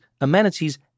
amenities